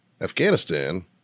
Afghanistan